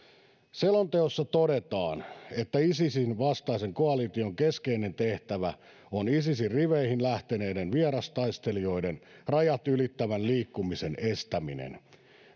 selonteossa todetaan että isisin vastaisen koalition keskeinen tehtävä on isisin riveihin lähteneiden vierastaistelijoiden rajat ylittävän liikkumisen estäminen